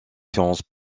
sciences